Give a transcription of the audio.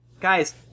Guys